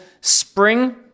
spring